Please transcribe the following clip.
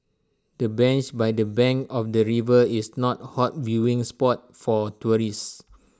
the bench by the bank of the river is not A hot viewing spot for tourists